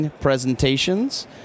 presentations